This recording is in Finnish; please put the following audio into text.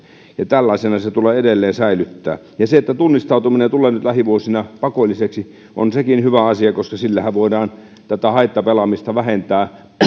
ja tällaisena se tulee edelleen säilyttää se että tunnistautuminen tulee nyt lähivuosina pakolliseksi on sekin hyvä asia koska sillähän voidaan haittapelaamista vähentää